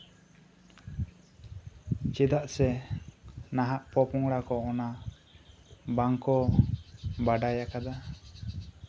ᱪᱮᱫᱟᱜ ᱥᱮ ᱱᱟᱦᱟᱜ ᱯᱚᱼᱯᱚᱝᱲᱟ ᱠᱚ ᱚᱱᱟ ᱵᱟᱝᱠᱚ ᱵᱟᱰᱟᱭᱟᱠᱟᱫᱟ